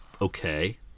okay